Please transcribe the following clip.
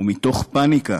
ומתוך פניקה.